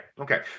Okay